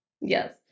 Yes